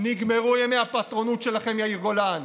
נגמרו ימי הפטרונות שלכם, יאיר גולן.